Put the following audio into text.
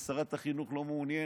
ושרת החינוך לא מעוניינת,